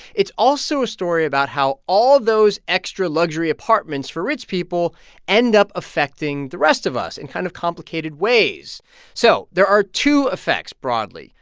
it's also a story about how all those extra luxury apartments for rich people end up affecting the rest of us in kind of complicated ways so there are two effects broadly.